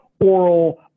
oral